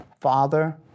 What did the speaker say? Father